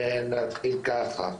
ונתחיל ככה.